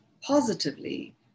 positively